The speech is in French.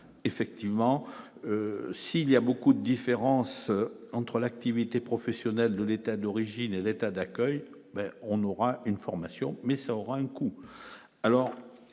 effectivement s'il y a beaucoup de différences entre l'activité professionnelle de l'état d'origine et l'état d'accueil, on aura une formation mais ça aura une coup